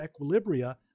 equilibria